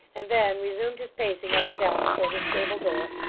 and then resumed his pacing up and down before the stable-door,